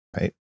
right